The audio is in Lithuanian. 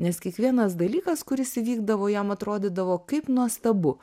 nes kiekvienas dalykas kuris įvykdavo jam atrodydavo kaip nuostabu